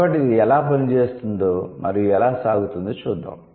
కాబట్టి ఇది ఎలా పనిచేస్తుందో మరియు ఎలా సాగుతుందో చూద్దాం